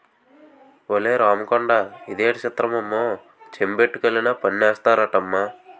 ఒలే రాముకొండా ఇదేటి సిత్రమమ్మో చెంబొట్టుకెళ్లినా పన్నేస్తారటమ్మా